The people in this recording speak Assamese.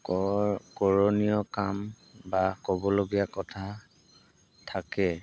কৰণীয় কাম বা ক'বলগীয়া কথা থাকে